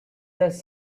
just